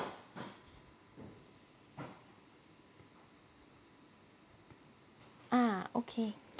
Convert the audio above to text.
ah okay